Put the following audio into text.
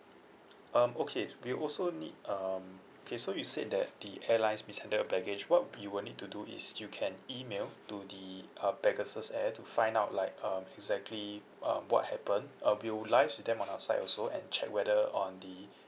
um okay we also need um okay so you said that the airlines mishandled your baggage what you will need to do is you can email to the uh pegasus air to find out like um exactly um what happened uh we will liaise with them on our side also and check whether on the